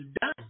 done